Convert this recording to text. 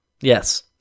Yes